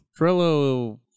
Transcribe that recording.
Trello